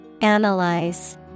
Analyze